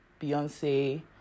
Beyonce